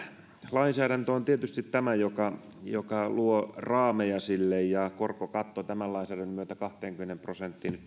lainsäädäntö on tietysti tämä joka joka luo raameja sille ja korkokatto määritellään tämän lainsäädännön myötä kahteenkymmeneen prosenttiin